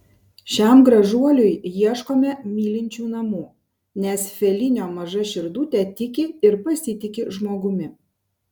šiam gražuoliui ieškome mylinčių namų nes felinio maža širdutė tiki ir pasitiki žmogumi